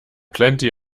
plenty